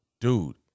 dude